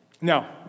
Now